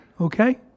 okay